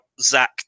Zach